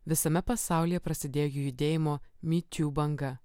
visame pasaulyje prasidėjo judėjimo me too banga